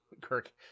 Kirk